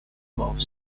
above